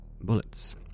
bullets